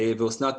אסנת,